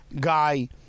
guy